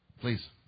Please